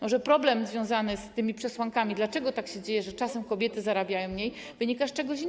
Może problem związany z tymi przesłankami, dlaczego tak się dzieje, że czasem kobiety zarabiają mniej, wynika z czegoś innego.